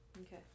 Okay